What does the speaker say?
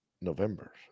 November